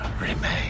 remain